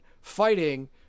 fighting